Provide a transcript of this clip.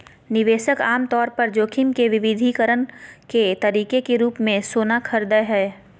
निवेशक आमतौर पर जोखिम के विविधीकरण के तरीके के रूप मे सोना खरीदय हय